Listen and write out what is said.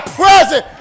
present